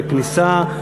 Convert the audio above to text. וכניסה,